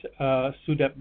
SUDEP